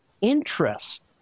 interest